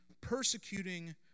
persecuting